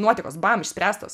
nuotekos bam išspręstos